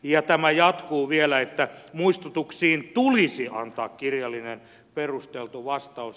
ja tämä jatkuu vielä että muistutuksiin tulisi antaa kirjallinen perusteltu vastaus